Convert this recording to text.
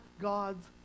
God's